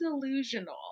delusional